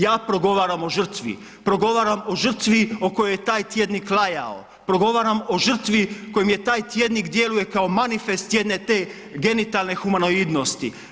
Ja progovaram o žrtvi, progovaram o žrtvi o kojoj je taj tjednik lajao, progovaram o žrtvi kojim je taj tjednik djeluje kao manifest jedne te genitalne humanoidnosti.